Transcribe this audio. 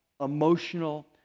Emotional